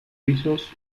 pisos